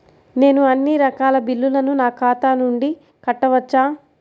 నేను అన్నీ రకాల బిల్లులను నా ఖాతా నుండి కట్టవచ్చా?